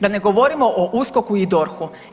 Da ne govorimo o USKOK-u i DORH-u.